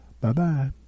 Bye-bye